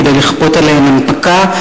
כדי לכפות עליהם הנפקה,